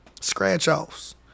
scratch-offs